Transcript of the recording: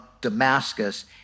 Damascus